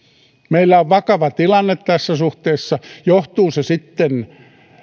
meillä on vakava tilanne tässä suhteessa johtuu se sitten